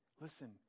Listen